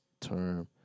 term